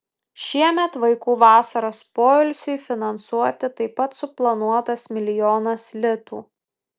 šiemet vaikų vasaros poilsiui finansuoti taip pat suplanuotas milijonas litų